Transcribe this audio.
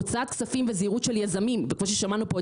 הוצאת כספים בזהירות של יזמים בקושי שמענו כאן